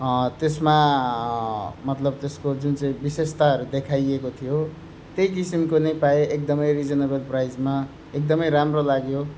त्यसमा मतलब त्यसको जुन चाहिँ विशेषताहरू देखाइएको थियो त्यही किसिमको नै पाएँ एकदमै रिजनेबल प्राइसमा एकदमै राम्रो लाग्यो